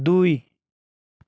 दुई